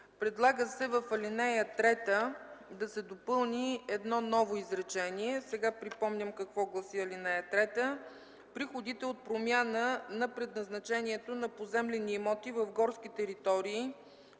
предлага в ал. 3 да се допълни едно ново изречение. Сега припомням какво гласи ал. 3: „Приходите от промяна на предназначението на поземлени имоти в горски територии